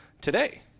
today